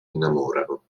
innamorano